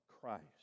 Christ